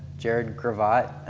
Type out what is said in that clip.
jared gravatt